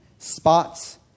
Spots